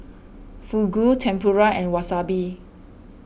Fugu Tempura and Wasabi